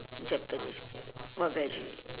japanese food what veggie